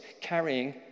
carrying